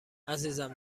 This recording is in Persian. عزیزم